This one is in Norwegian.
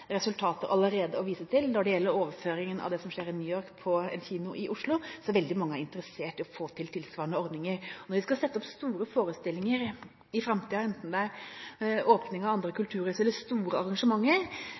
allerede å vise til når det gjelder overføringen av det som skjer i New York, til en kino i Oslo, så veldig mange er interessert i å få til tilsvarende ordninger. Når vi skal sette opp store forestillinger i framtiden, enten det er åpning av kulturinstitusjoner, eller det er andre